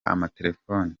amatelefoni